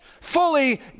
fully